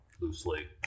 loosely